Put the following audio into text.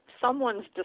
someone's